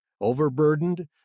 overburdened